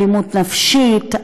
אלימות נפשית,